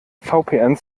vpn